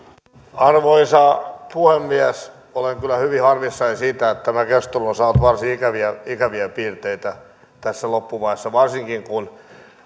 arvoisa puhemies olen kyllä hyvin harmissani siitä että tämä keskustelu on saanut varsin ikäviä ikäviä piirteitä tässä loppuvaiheessa varsinkin kun